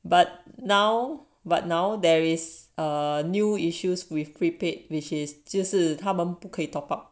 but now but now there is a new issues with prepaid which is 就是他们不可以 top up